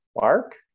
mark